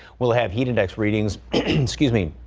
we'll have heat index readings excuse me.